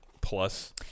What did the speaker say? plus